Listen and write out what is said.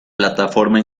plataforma